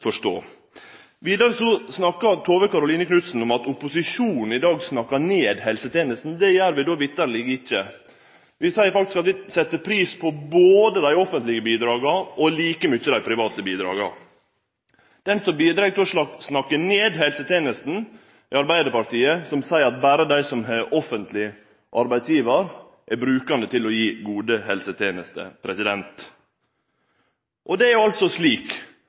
forstå. Vidare snakka Tove Karoline Knutsen om at opposisjonen i dag snakkar ned helsetenesta. Det gjer vi verkeleg ikkje. Vi seier faktisk at vi set pris på både dei offentlege bidraga og like mykje dei private bidraga. Dei som bidreg til å snakke ned helsetenesta, er dei i Arbeidarpartiet, som seier at berre dei som har offentleg arbeidsgivar, er brukande til å gi gode helsetenester. Eg innrømmer meir enn gjerne at dersom det